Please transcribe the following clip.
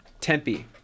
Tempe